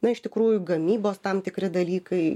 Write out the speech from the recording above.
na iš tikrųjų gamybos tam tikri dalykai